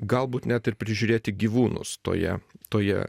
galbūt net ir prižiūrėti gyvūnus toje toje